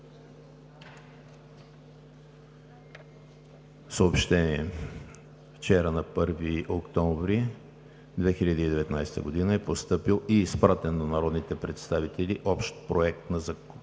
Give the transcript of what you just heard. Съобщение: Вчера, на 1 октомври 2019 г., е постъпил и изпратен на народните представители Общ проект на